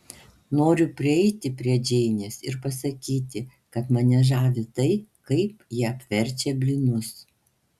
noriu prieiti prie džeinės ir pasakyti kad mane žavi tai kaip ji apverčia blynus